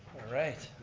alright